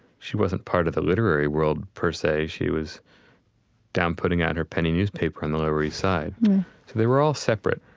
she wasn't part of the literary world per se, she was down putting out her penny newspaper on the lower east side. so they were all separate.